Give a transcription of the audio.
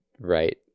right